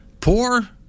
Poor